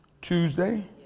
Tuesday